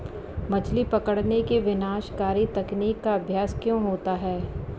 मछली पकड़ने की विनाशकारी तकनीक का अभ्यास क्यों होता है?